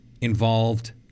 involved